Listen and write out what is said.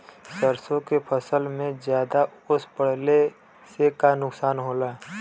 सरसों के फसल मे ज्यादा ओस पड़ले से का नुकसान होला?